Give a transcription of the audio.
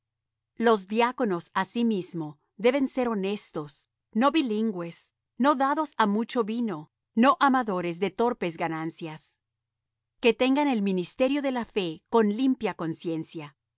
los diáconos asimismo deben ser honestos no bilingües no dados á mucho vino no amadores de torpes ganancias que tengan el misterio de la fe con limpia conciencia